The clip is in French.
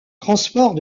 transport